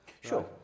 Sure